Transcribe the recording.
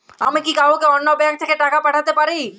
আমি কি কাউকে অন্য ব্যাংক থেকে টাকা পাঠাতে পারি?